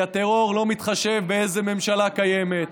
כי הטרור לא מתחשב באיזו ממשלה קיימת